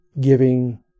giving